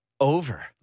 Over